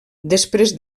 després